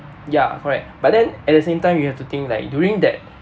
ya correct but then at the same time you have to think like during that